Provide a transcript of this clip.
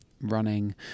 running